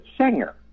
singer